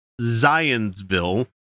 Zionsville